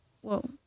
whoa